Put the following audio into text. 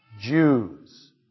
Jews